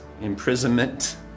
imprisonment